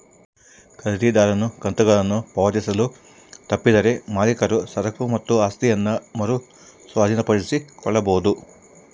ಖರೀದಿದಾರನು ಕಂತುಗಳನ್ನು ಪಾವತಿಸಲು ತಪ್ಪಿದರೆ ಮಾಲೀಕರು ಸರಕು ಮತ್ತು ಆಸ್ತಿಯನ್ನ ಮರು ಸ್ವಾಧೀನಪಡಿಸಿಕೊಳ್ಳಬೊದು